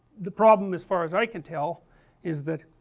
the problem as far as i can tell is that,